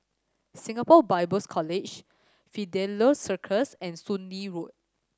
Singapore Bible's College Fidelio Circus and Soon Lee Road